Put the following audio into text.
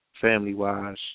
family-wise